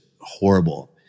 horrible